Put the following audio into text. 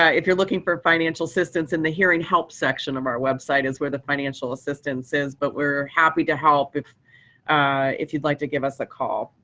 yeah if you're looking for financial assistance in the hearing help section of our website is where the financial assistance is. but we're happy to help if if you'd like to give us a call.